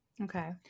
Okay